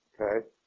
Okay